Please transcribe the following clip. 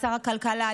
לשר הכלכלה,